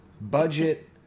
budget –